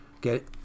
get